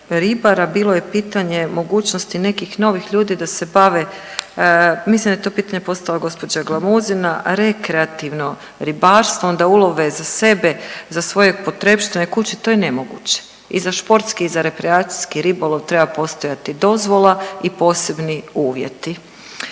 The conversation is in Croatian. ribara bilo je pitanje mogućnosti nekih novih ljudi da se bave, mislim da je to pitanje postavila gđa. Glamuzina, rekreativno ribarstvo, onda ulove za sebe, za svoje potrepštine kući, to je nemoguće i za športski i za rekreacijski ribolov treba postojati dozvola i posebni uvjeti.